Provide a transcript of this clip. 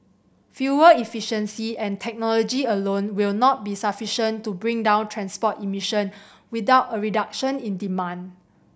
fuel efficiency and technology alone will not be sufficient to bring down transport emission without a reduction in demand